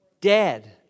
dead